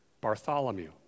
Bartholomew